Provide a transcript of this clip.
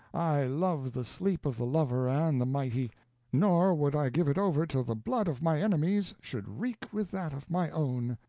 i love the sleep of the lover and the mighty nor would i give it over till the blood of my enemies should wreak with that of my own.